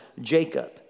Jacob